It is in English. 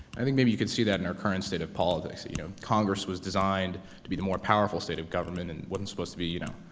i think maybe you could see that in her current state of politics, that, you know, congress was designed to be the more powerful state of government and wasn't supposed to be, you know,